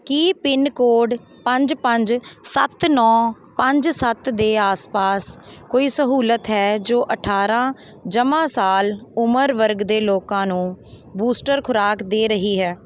ਕੀ pin code ਪੰਜ ਪੰਜ ਸੱਤ ਨੌਂ ਪੰਜ ਸੱਤ ਦੇ ਆਸ ਪਾਸ ਕੋਈ ਸਹੂਲਤ ਹੈ ਜੋ ਅਠਾਰਾਂ ਜਮ੍ਹਾਂ ਸਾਲ ਉਮਰ ਵਰਗ ਦੇ ਲੋਕਾਂ ਨੂੰ ਬੂਸਟਰ ਖੁਰਾਕ ਦੇ ਰਹੀ ਹੈ